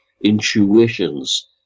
intuitions